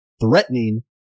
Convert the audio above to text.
threatening